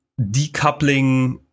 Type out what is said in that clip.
decoupling